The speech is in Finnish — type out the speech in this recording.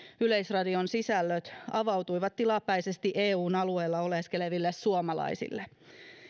yleisradion sisällöt avautuivat tilapäisesti eun alueella oleskeleville suomalaisille